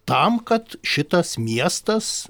tam kad šitas miestas